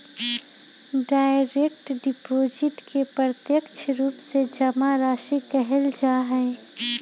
direct deposit के प्रत्यक्ष रूप से जमा राशि कहल जा हई